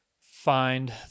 find